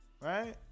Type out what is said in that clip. Right